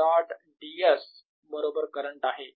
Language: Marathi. डॉट ds बरोबर करंट आहे